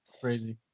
crazy